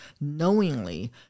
knowingly